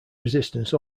resistance